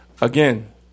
Again